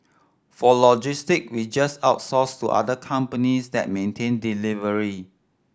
for logistic we just outsource to other companies that maintain delivery